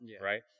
right